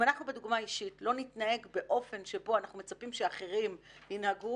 אם אנחנו בדוגמה אישית לא נתנהג באופן שבו אנחנו מצפים שאחרים ינהגו,